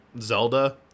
Zelda